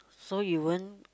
so you won't